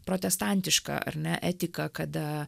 protestantiška ar ne etika kada